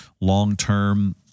long-term